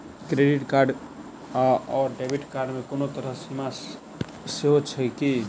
Credit card आओर debit card मे कोनो तरहक सीमा सेहो छैक की?